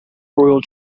royal